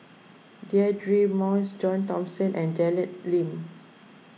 Deirdre Moss John Thomson and Janet Lim